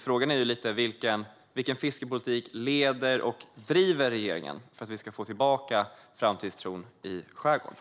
Frågan är vilken fiskepolitik som regeringen driver för att vi ska få tillbaka framtidstron i skärgården.